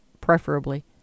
preferably